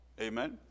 Amen